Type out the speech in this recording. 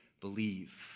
believe